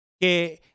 que